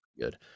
Good